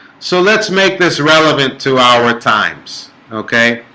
so let's make this relevant to our times ok